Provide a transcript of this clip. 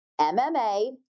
mma